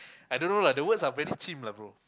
I don't know lah the words are very cheem lah bro